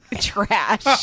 trash